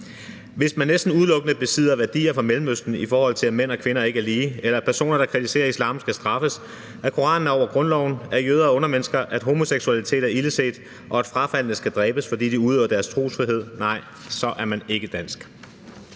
Hvis man næsten udelukkende besidder værdier fra Mellemøsten, i forhold til at mænd og kvinder ikke er lige, eller at personer, der kritiserer islam, skal straffes, at koranen er over grundloven, at jøder er undermennesker, at homoseksualitet er ilde set, og at frafaldne skal dræbes, fordi de udøver deres trosfrihed, nej, så er man ikke dansk,